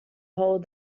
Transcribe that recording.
hold